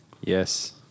yes